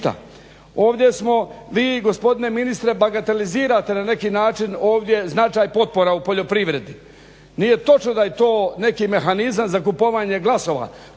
Ovdje smo, vi gospodine ministre bagatelizirate na neki način ovdje značaj potpora u poljoprivredi. Nije točno da je to neki mehanizam za kupovanje glasova,